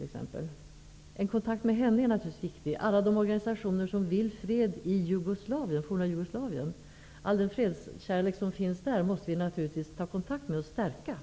En kontakt med henne är naturligtvis viktig. Alla organisationer som eftersträvar fred i det forna Jugoslavien och all den fredskärlek som finns där måste vi naturligtvis stärka. Här behövs kontakter.